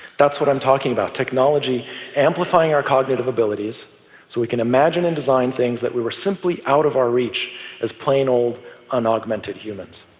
that's what i'm talking about, technology amplifying our cognitive abilities so we can imagine and design things that were simply out of our reach as plain old un-augmented humans.